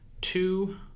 two